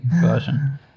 version